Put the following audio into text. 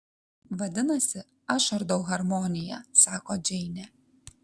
vadinasi aš ardau harmoniją sako džeinė